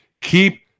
Keep